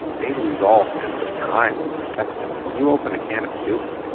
they lose all sense of time and perspective when you open a can of soup,